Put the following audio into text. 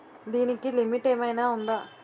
దీనికి లిమిట్ ఆమైనా ఉందా?